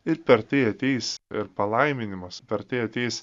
ir per tai ateis ir palaiminimas per tai ateis